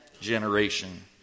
generation